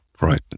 Right